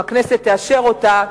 אם הכנסת תאשר אותה,